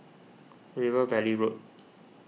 River Valley Road